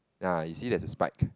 ah you see there's a spike